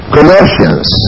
Colossians